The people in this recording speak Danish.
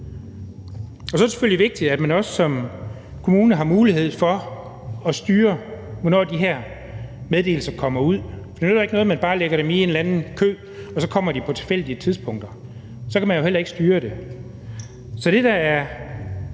Og så er det selvfølgelig vigtigt, at man også som kommune har mulighed for at styre, hvornår de her meddelelser kommer ud. Det nytter ikke noget, man bare lægger dem i en eller anden kø, og de så kommer på tilfældige tidspunkter. Så kan man jo heller ikke styre det. Så det, der er